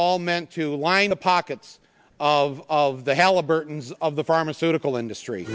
all meant to line the pockets of of the halliburton's of the pharmaceutical industry